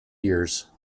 years